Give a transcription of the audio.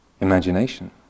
imagination